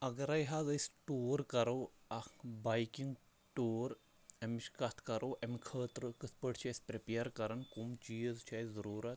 اگرے حظ أسۍ ٹوٗر کَرو اَکھ بایکہِ ٹوٗر اَمِچ کَتھ کَرو اَمہِ خٲطرٕ کِتھ پٲٹھۍ چھِ أسہِ پرٛیٚپیر کَران کٕم چیٖز چھِ اسہِ ضروٗرت